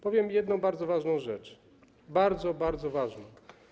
Powiem jedną bardzo ważną rzecz, bardzo, bardzo ważną.